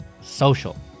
social